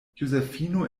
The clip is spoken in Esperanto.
josefino